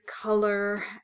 color